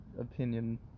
opinion